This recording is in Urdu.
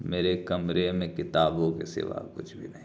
میرے کمروں میں کتابوں کے سوا کچھ بھی نہیں